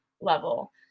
level